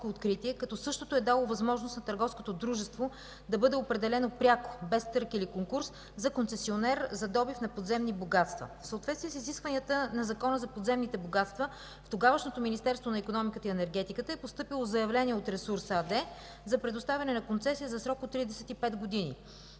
като същото е дало възможност на търговското дружество да бъде определено пряко без търг или конкурс за концесионер за добив на подземни богатства. В съответствие с изискванията на Закона за подземните богатства в тогавашното Министерство на икономиката и енергетиката е постъпило заявление от „Ресурс” АД за предоставяне на концесия за срок от 35 години.